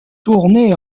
tournées